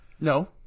No